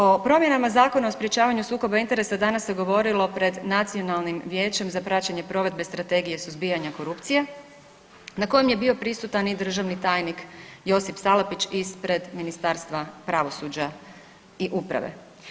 O promjenama zakona o sprječavanju sukoba interesa danas se govorilo pred Nacionalnim vijećem za praćenje provedbe strategije suzbijanja korupcije, na kojem je bio prisutan i državni tajnik Josip Salapić ispred Ministarstva pravosuđa i uprave.